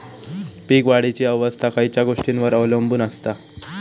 पीक वाढीची अवस्था खयच्या गोष्टींवर अवलंबून असता?